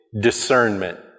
discernment